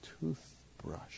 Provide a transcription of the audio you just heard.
toothbrush